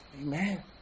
Amen